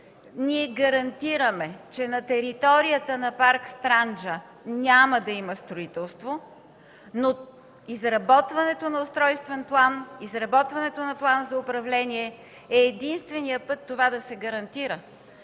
ние гарантираме, че на територията на парк „Странджа” няма да има строителство, но изработването на устройствен план, изработването на план за управление е единственият път това да се гарантира.